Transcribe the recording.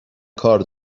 کار